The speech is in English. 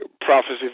prophecy